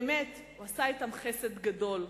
באמת הוא עשה אתם חסד גדול,